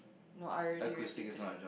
no I already repeated it